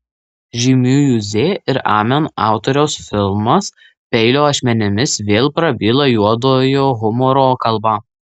žymiųjų z ir amen autoriaus filmas peilio ašmenimis vėl prabyla juodojo humoro kalba